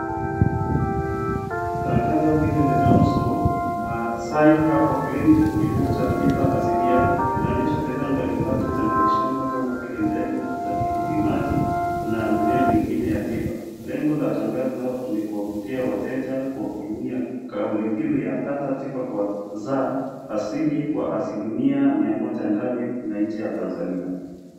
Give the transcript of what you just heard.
Tangazo hili linahusu, Maasai Herbal Clinic. Kituo cha tiba asilia . Inaonyesha bidhaa mbali mbali za miti shamba kama vile mbegu za tikiti maji na mimea migine ya tiba. Lengo la tangazo ni kuwavutia wateja kwa kutumia kauli mbiwi ya pata tiba kwa kuzaa asili kwa asilimia mia moja ndani na nje ya Tanzania.